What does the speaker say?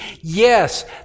Yes